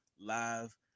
live